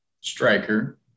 Striker